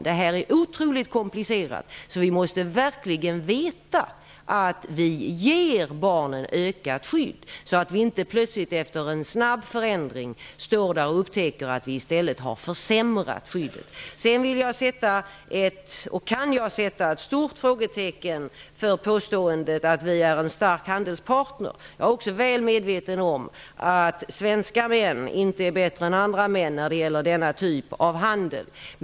Detta är otroligt komplicerat. Vi måste därför verkligen veta att vi ger barnen ett ökat skydd, så att vi inte plötsligt efter en snabb förändring upptäcker att vi i stället har försämrat skyddet. Sedan sätter jag ett stort frågetecken inför påståendet att Sverige är en stark handelspartner. Jag är också väl medveten om att svenska män inte är bättre än andra män när det gäller den här typen av handel.